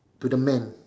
to the man